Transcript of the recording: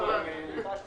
לחוק